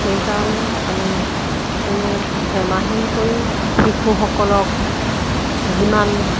সেইকাৰণে আমি কোনো হেমাহি নকৰি শিশুসকলক যিমান